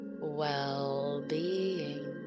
well-being